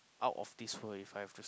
out of this world if I have to